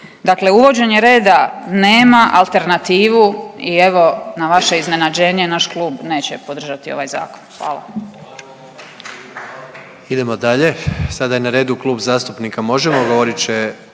Dakle, uvođenje reda nema alternativu i evo na vaše iznenađenje naš klub neće podržati ovaj zakon. Hvala.